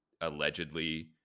allegedly